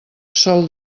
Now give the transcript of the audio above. sol